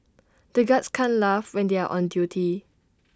the guards can't laugh when they are on duty